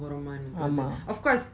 ஆமா:ama